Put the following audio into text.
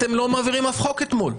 אתם לא מעבירים אף חוק אתמול.